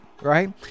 right